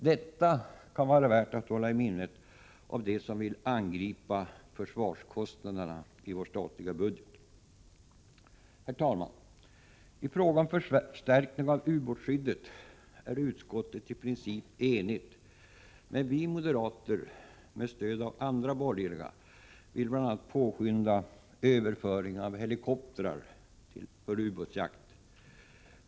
Detta kan vara värt att hålla i minnet av dem som vill angripa försvarskostnaderna i vår statliga budget. Herr talman! I fråga om förstärkning av ubåtsskyddet är utskottet i princip enigt, men vi moderater med stöd av andra borgerliga vill bl.a. påskynda överföringen av helikoptrar för ubåtsjakt.